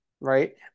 right